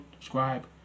subscribe